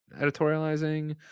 editorializing